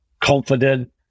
confident